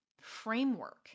framework